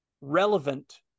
relevant